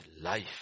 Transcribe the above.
life